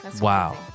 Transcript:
Wow